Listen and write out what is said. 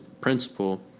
principle